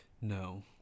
No